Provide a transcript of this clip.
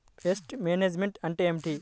Pest management అంటే ఏమిటి?